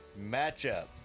matchup